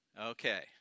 Okay